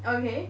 okay